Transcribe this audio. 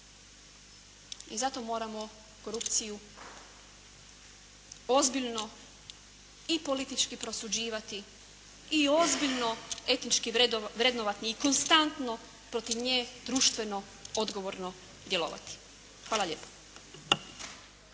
I zato moramo korupciju ozbiljno i politički prosuđivati i ozbiljno etički vrednovati i konstantno protiv nje društveno, odgovorno djelovati. Hvala lijepa.